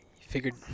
figured